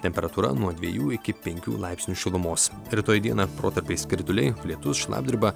temperatūra nuo dviejų iki penkių laipsnių šilumos rytoj dieną protarpiais krituliai lietus šlapdriba